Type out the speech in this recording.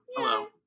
hello